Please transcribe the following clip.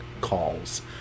calls